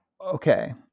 Okay